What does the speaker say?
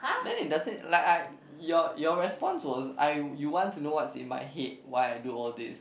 then it doesn't like I your your response was I you want to know what's in my head why I do all these